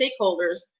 stakeholders